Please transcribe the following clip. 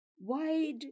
Wide